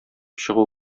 чыгу